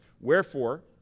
Wherefore